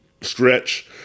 stretch